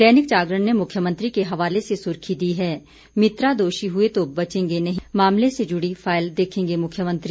दैनिक जागरण ने मुख्यमंत्री के हवाले से सुर्खी दी है मित्रा दोषी हुए तो बचेंगे नहीं मामले से जुड़ी फायलें देखेंगे मुख्यमंत्री